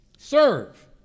Serve